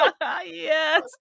Yes